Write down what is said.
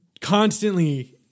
constantly